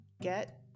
get